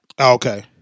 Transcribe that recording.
Okay